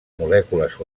molècules